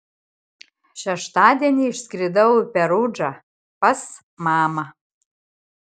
šeštadienį išskridau į perudžą pas mamą